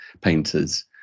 painters